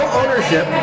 ownership